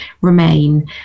remain